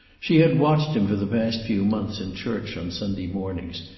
she had watched him for the past few months in church on sunday mornings,